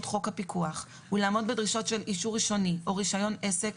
חוק הפיקוח ולעמוד בדרישות של אישור ראשוני או רישיון עסק,